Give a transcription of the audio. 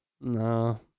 No